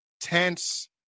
tense